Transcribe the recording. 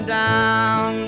down